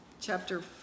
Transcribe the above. chapter